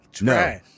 No